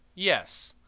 yes.